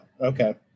okay